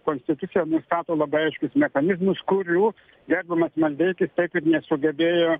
konstitucija nustato labai aiškius mechanizmus kurių gerbiamas maldeikis taip ir nesugebėjo